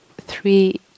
three